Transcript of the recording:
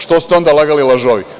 Što ste onda lagali lažovi?